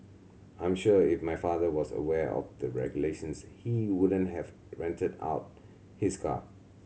I'm sure if my father was aware of the regulations he wouldn't have rented out his car